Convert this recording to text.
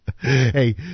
Hey